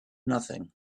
nothing